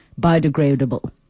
biodegradable